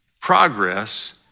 progress